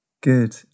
Good